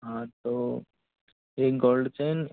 हाँ तो एक गोल्ड चैन